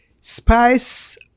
Spice